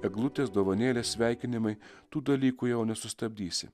eglutės dovanėlės sveikinimai tų dalykų jau nesustabdysi